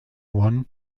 one